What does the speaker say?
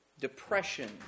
Depression